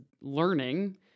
learning